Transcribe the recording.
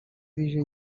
bije